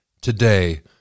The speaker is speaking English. today